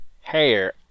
hair